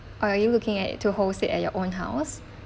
or are you looking at to host it at your own house